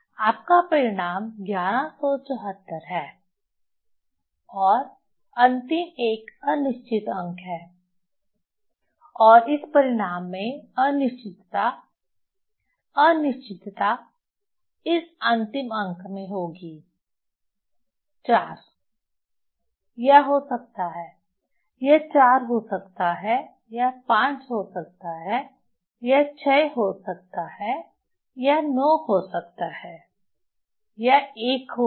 आपका परिणाम 1174 है और अंतिम एक अनिश्चित अंक है और इस परिणाम में अनिश्चितता अनिश्चितता इस अंतिम अंक में होगी 4 यह हो सकता है यह 4 हो सकता है यह 5 हो सकता है यह 6 हो सकता है यह 9 हो सकता है यह 1 हो सकता है